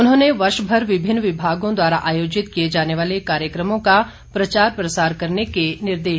उन्होंने वर्षभर विभिन्न विभागों द्वारा आयोजित किए जाने वाले कार्यक्रमों का उपयुक्त प्रचार प्रसार करने के निर्देश भी दिए